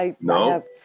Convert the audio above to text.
No